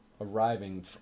arriving